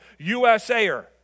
USAer